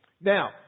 Now